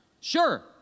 Sure